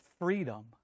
freedom